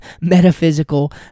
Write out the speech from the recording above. metaphysical